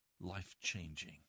life-changing